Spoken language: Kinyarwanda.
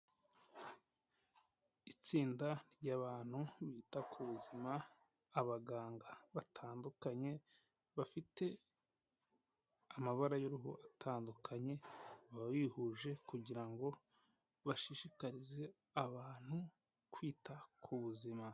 Itsinda ry'abantu bita ku buzima, abaganga batandukanye, bafite amabara y'uruhu atandukanye, baba bihuje kugira ngo bashishikarize abantu kwita ku buzima.